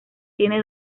tiene